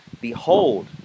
Behold